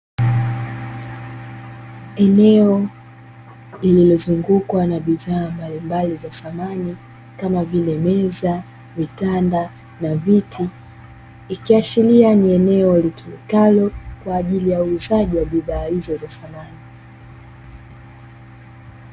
Eneo lililozungukwa na bidhaa mbalimbali za samani kama vile meza, vitanda na viti, ikiashiria ni eneo litumikalo kwa ajili ya uuzaji wa bidhaa hizo za samani.